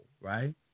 right